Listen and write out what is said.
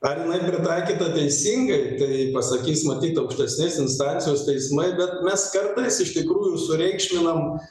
ar jinai pritaikyta teisingai tai pasakys matyt aukštesnės instancijos teismai bet mes kartais iš tikrųjų sureikšminam